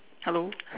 hello